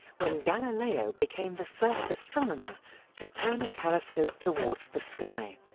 when galileo became the first astronomer to turn a telescope towards the sky.